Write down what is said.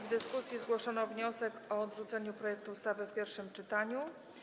W dyskusji zgłoszono wniosek o odrzucenie projektu ustawy w pierwszym czytaniu.